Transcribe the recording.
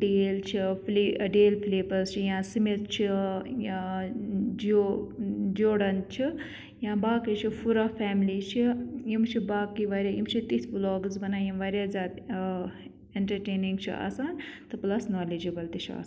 deal چھِ پٕلے ڈیل پٕلیپٕز چھِ یا سِمِتھ چھُ جو جوڈَن چھُ یا باقٕے چھُ فُراہ فیملی چھِ یِم چھِ باقٕے واریاہ یِم چھِ تِتھۍ وِلاگٔز بَنان یِم واریاہ زیادٕ اینٹَرٹینِنٛگ چھُ آسان تہٕ پٔلَس نالیجِبٕل تہِ چھِ آسان